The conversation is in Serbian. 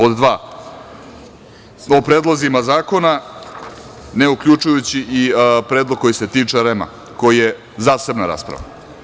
O predlozima zakona, ne uključujući predlog koji se tiče REM-a, koji je zasebna rasprava.